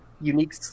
unique